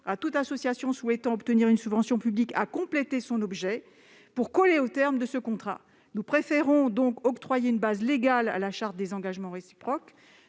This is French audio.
toutes les associations souhaitant obtenir une subvention publique à compléter leur objet pour coller aux termes de ce contrat. Nous préférons conférer une base légale à la charte des engagements réciproques.